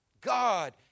God